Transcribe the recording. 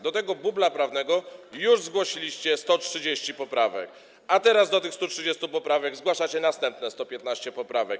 Do tego bubla prawnego już zgłosiliście 130 poprawek, a teraz do tych 130 poprawek zgłaszacie następne 115 poprawek.